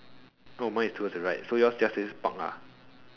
no mine is towards the right so yours just says park ah